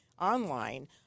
online